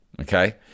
Okay